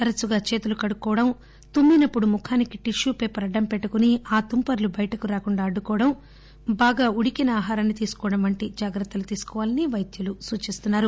తరచుగా చేతులు కడుక్కోవడం తుమ్మి నప్పుడు ముఖానికి టిష్యూ పేపర్ అడ్డం పెట్టుకొని ఆ తుంపర్లు బయటకు రాకుండా అడ్డుకోవడం బాగా వుండికిన ఆహారాన్ని తీసుకోవడం వంటి జాగ్రత్తలు తీసుకోవాలని వైద్యులు సూచిస్తున్నారు